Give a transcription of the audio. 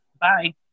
Bye